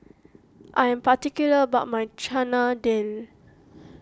I am particular about my Chana Dal